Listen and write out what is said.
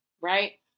right